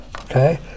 Okay